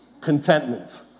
Contentment